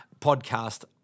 podcast